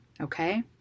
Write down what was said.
Okay